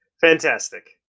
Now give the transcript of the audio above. Fantastic